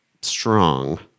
strong